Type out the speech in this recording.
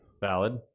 Valid